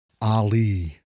Ali